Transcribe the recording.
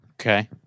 Okay